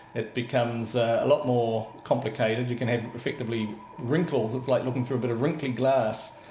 it becomes a lot more complicated. you can have effectively wrinkles. it's like looking through a bit of wrinkly glass.